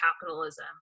capitalism